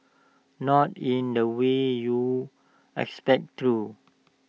not in the way you'd expect though